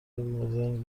مدرن